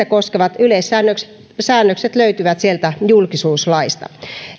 koskevat yleissäännökset löytyvät sieltä julkisuulaista